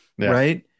right